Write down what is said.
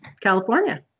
california